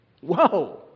Whoa